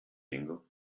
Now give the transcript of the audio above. bingo